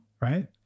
right